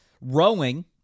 Rowing